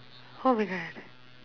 oh my god